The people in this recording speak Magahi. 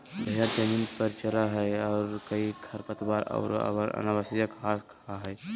भेड़ जमीन पर चरैय हइ कई खरपतवार औरो अनावश्यक घास के खा हइ